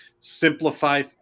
simplify